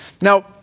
Now